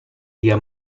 dia